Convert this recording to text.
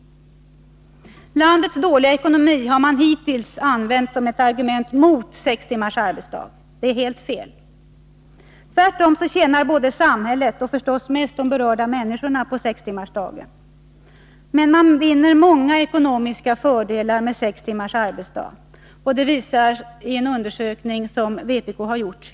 Landets dåliga ekonomi har hittills använts som ett argument mot sex timmars arbetsdag. Detta är helt fel. Tvärtom tjänar både samhället och, förstås mest, de berörda människorna på sextimmarsdagen. Men man vinner många ekonomiska fördelar med sex timmars arbetsdag. Detta visas i en undersökning som vpk nyligen har gjort.